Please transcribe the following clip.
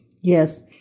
Yes